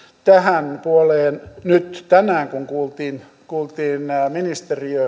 tähän puoleen nyt tänään kun kuultiin kuultiin ministeriötä